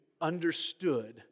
understood